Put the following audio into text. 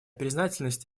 признательность